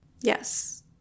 Yes